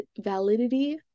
validity